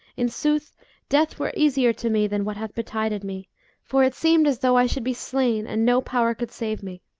in sooth death were easier to me than what hath betided me for it seemed as though i should be slain and no power could save me.